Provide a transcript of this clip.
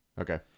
Okay